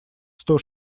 сто